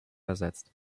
ersetzt